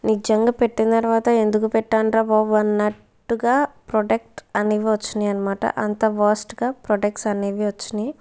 నిజంగా పెట్టిన తర్వాత ఎందుకు పెట్టానురా బాబు అన్నట్టుగా ప్రొడక్ట్ అని వచ్చినాయి అనమాట అంత వరస్ట్ గా ప్రొడక్ట్స్ అనేవి వచ్చినయి